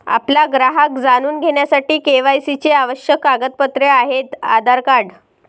आपला ग्राहक जाणून घेण्यासाठी के.वाय.सी चे आवश्यक कागदपत्रे आहेत आधार कार्ड